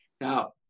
Now